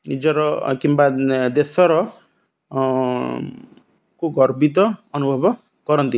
ନିଜର କିମ୍ବା ଦେଶର କୁ ଗର୍ବିତ ଅନୁଭବ କରନ୍ତି